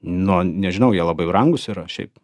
nu nežinau jie labai brangūs yra šiaip